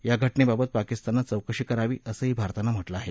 या घटनेबाबत पाकिस्ताननं चौकशी करावी असंही भारतानं म्हटलं आहे